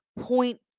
point